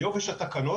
ויופי של תקנות.